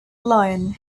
lion